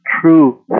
true